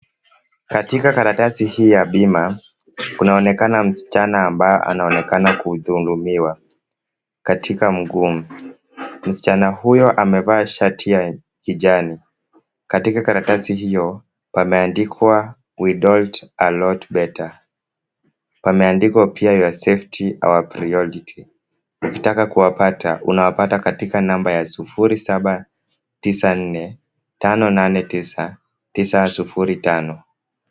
Katika karatasi hii ya bima, kunaonekana msichana ambaye anaonekana kudhulumiwa katika mguu. Msichana huyo amevaa shati ya kijani. Katika karatasi hiyo, pameandikwa we do it a lot better pameandikwa pia your safety, our priority . Ukitaka kuwapata unawapata katika namba ya sufuri saba tisa nne tano nane tisa tisa sufuri tano.